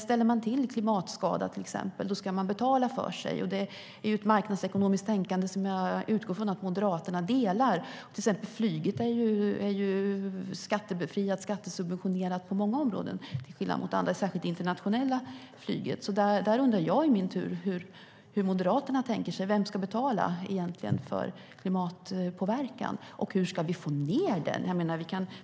Ställer man till en klimatskada ska man betala för sig, och det är ett marknadsekonomiskt tänkande jag utgår ifrån att Moderaterna delar. Till skillnad från andra saker är till exempel flyget, särskilt det internationella, skattebefriat eller skattesubventionerat på många områden. Jag, i min tur, undrar hur Moderaterna tänker där? Vem ska betala för klimatpåverkan? Och hur ska vi få ned den?